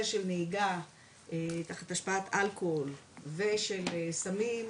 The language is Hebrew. של נהיגה תחת השפעת אלכוהול ושל סמים,